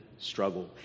Struggle